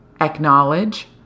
acknowledge